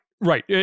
right